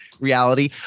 reality